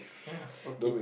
okay